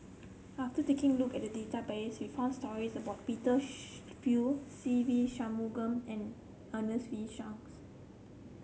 after taking look at the database we found stories about Peter Fu Se Ve Shanmugam and Ernest V Shanks